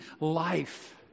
life